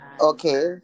okay